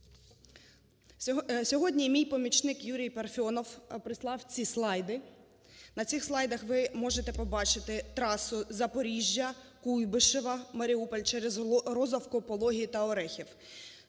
Сьогодні мій помічник Юрій Парфьонов прислав ці слайди. На цих слайдах ви можете побачити трасу Запоріжжя-Куйбишеве-Маріуполь через Розовку, Пологи та Оріхів.